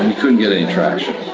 and couldn't get any traction.